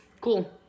cool